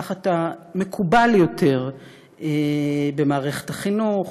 כך אתה מקובל יותר במערכת החינוך,